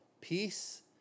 peace